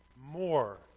more